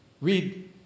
Read